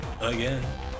Again